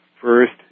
first